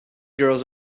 girls